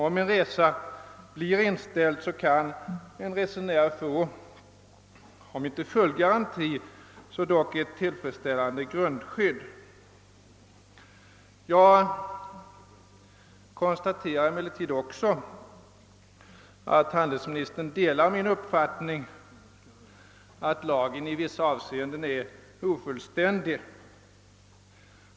Om en resa blir inställd, kan en resenär få om inte full garanti så dock ett tillfredsställande grundskydd. Jag konstaterar emellertid också att handelsministern delar min uppfattning att lagen i vissa avseenden är ofullständig.